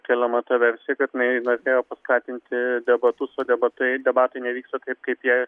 keliama versija kad inai norėjo paskatinti debatus o debatai debatai nevyksta taip kaip jai